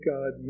God